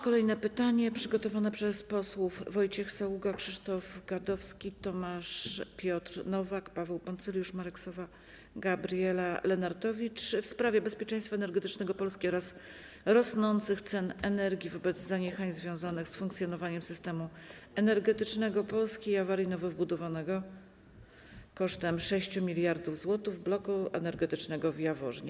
Kolejne pytanie zostało przygotowane przez posłów Wojciecha Saługę, Krzysztofa Gadowskiego, Tomasza Piotra Nowaka, Pawła Poncyljusza, Marka Sowę, Gabrielę Lenartowicz, w sprawie bezpieczeństwa energetycznego Polski oraz rosnących cen energii wobec zaniechań związanych z funkcjonowaniem systemu energetycznego Polski i awarii nowo wybudowanego - kosztem 6 mld zł - bloku energetycznego w Jaworznie.